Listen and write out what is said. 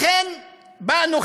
לכן באנו,